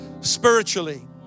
spiritually